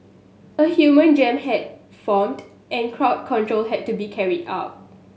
a human jam had formed and crowd control had to be carried out